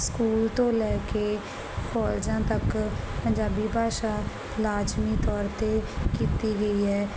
school ਤੋਂ ਲੈ ਕੇ ਕਾਲਜਾਂ ਤੱਕ ਪੰਜਾਬੀ ਭਾਸ਼ਾ ਲਾਜਮੀ ਤੌਰ 'ਤੇ ਕੀਤੀ ਗਈ ਹੈ